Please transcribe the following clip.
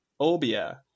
Obia